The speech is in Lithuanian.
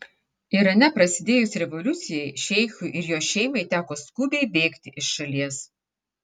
irane prasidėjus revoliucijai šeichui ir jo šeimai teko skubiai bėgti iš šalies